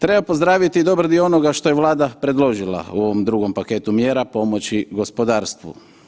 Treba pozdraviti i dobar dio onoga što je Vlada predložila u ovom drugom paketu mjera pomoći gospodarstvu.